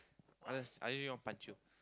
I just I really want to punch you